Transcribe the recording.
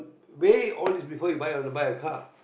weigh all this before you want to you buy a car